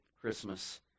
Christmas